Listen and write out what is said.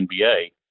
NBA